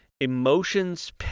Emotions